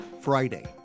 Friday